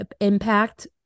impact